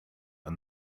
and